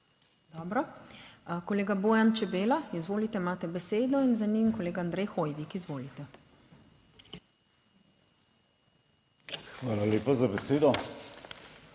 Dobro. Kolega Bojan Čebela, izvolite, imate besedo in za njim kolega Andrej Hoivik. Izvolite. **BOJAN ČEBELA